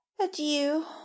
adieu